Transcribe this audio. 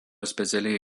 specialiai